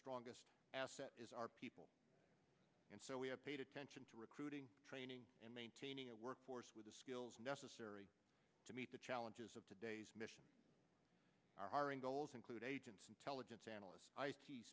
strongest asset is our people and so we have paid attention to recruiting training and maintaining a workforce with the skills necessary to meet the challenges of today's mission are our own goals include agents intelligence analysts